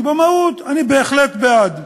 כי במהות אני בהחלט בעד.